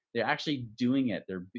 they're actually doing it. they're,